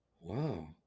Wow